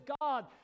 God